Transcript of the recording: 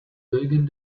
wegen